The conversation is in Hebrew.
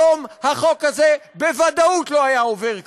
היום החוק הזה בוודאות לא היה עובר כאן.